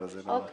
ועוד מי?